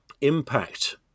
impact